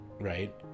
right